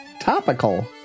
Topical